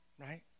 Right